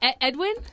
Edwin